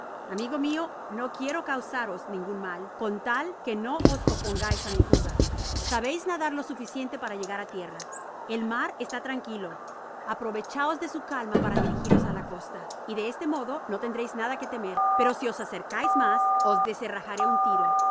amigo mio no quiero causaros ningun mal con tal que no os opongais á mi fuga sabeis nadar lo suficiente para llegar á tierra el mar está tranquilo aprovechaos de su calma para dirigiros á la costa y de este modo no tendreis nada que temer pero si os acercais mas os descerrajaré un tiro